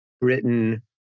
Britain